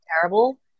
terrible